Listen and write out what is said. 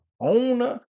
owner